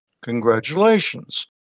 Congratulations